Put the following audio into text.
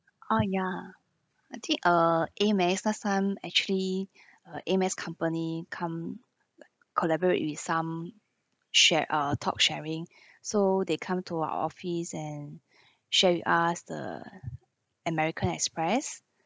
oh ya I think uh AMEX last time actually uh AMEX company come like collaborate with some share uh talk sharing so they come to our office and share with us the American Express